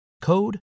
code